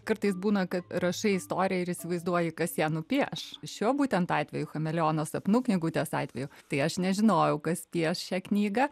kartais būna kad rašai istoriją ir įsivaizduoji kas ją nupieš šiuo būtent atveju chameleono sapnų knygutės atveju tai aš nežinojau kas pieš šią knygą